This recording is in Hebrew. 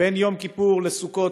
בין יום כיפור לסוכות,